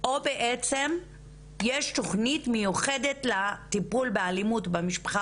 או יש תוכנית מיוחדת לטיפול באלימות במשפחה